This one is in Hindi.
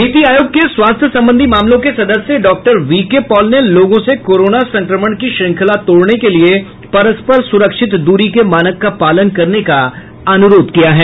नीति आयोग के स्वास्थ्य संबंधी मामलों के सदस्य डॉक्टर वी के पॉल ने लोगों से कोरोना संक्रमण की श्रृंखला तोड़ने के लिए परस्पर सुरक्षित दूरी के मानक का पालन करने का अनुरोध किया है